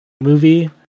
movie